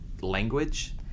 language